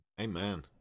Amen